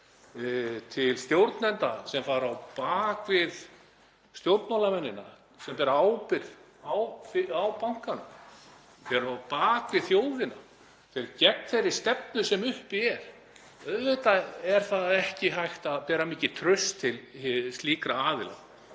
til stjórnenda sem fara á bak við stjórnmálamennina sem bera ábyrgð á bankanum, fara á bak við þjóðina, fara gegn þeirri stefnu sem uppi er. Auðvitað er ekki hægt að bera mikið traust til slíkra aðila